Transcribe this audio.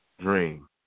dream